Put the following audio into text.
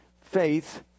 faith